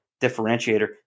differentiator